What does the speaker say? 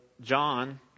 John